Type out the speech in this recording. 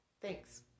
thanks